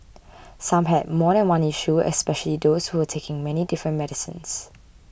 some had more than one issue especially those who were taking many different medicines